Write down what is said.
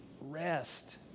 rest